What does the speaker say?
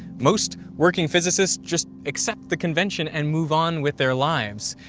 most working physicists just accept the convention and move on with their lives,